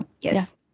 Yes